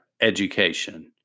education